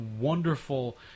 wonderful